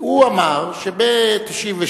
הוא אמר שב-1996,